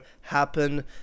happen